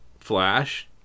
Flash